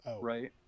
right